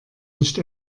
nicht